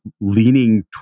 leaning